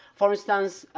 for instance,